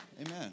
Amen